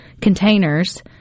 containers